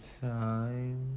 time